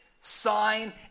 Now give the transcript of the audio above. sign